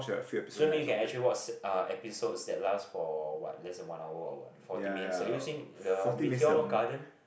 so you mean you can actually uh episodes that last for what less than one hour or what forty minutes the Meteor Garden